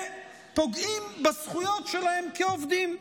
ופוגעים בזכויות שלהם כעובדים.